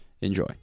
Enjoy